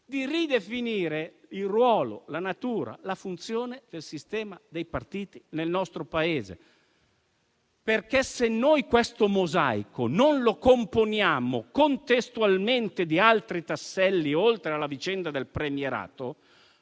di ridefinire il ruolo, la natura, la funzione del sistema dei partiti nel nostro Paese. Se non componiamo questo mosaico contestualmente con gli altri tasselli, oltre alla vicenda del premierato,